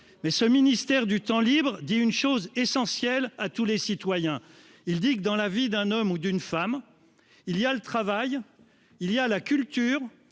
mais cette appellation dit une chose essentielle à tous les citoyens : que dans la vie d'un homme ou d'une femme, il y a le travail, il y a la culture,